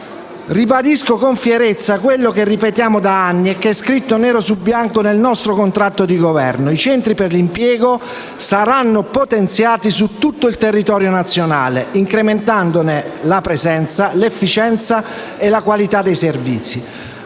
Ribadisco con fierezza quello che ripetiamo da anni e che è scritto nero su bianco nel nostro contratto di Governo: i centri per l'impiego saranno potenziati su tutto il territorio nazionale, incrementandone la presenza, l'efficienza e la qualità dei servizi.